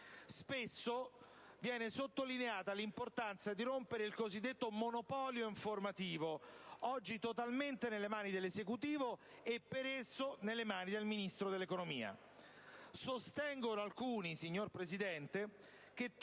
Spesso viene sottolineata l'importanza di rompere il cosiddetto monopolio informativo, oggi totalmente nelle mani dell'Esecutivo e, per esso, del Ministro dell'economia.